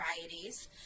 varieties